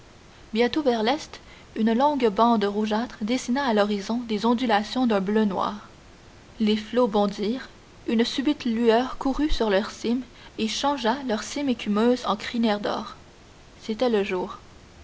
bientôt vers l'est une longue bande rougeâtre dessina à l'horizon des ondulations d'un bleu noir les flots bondirent une subite lueur courut sur leurs cimes et changea leurs cimes écumeuses en crinières d'or c'était le jour